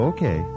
Okay